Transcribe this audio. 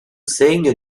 segno